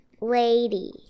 Lady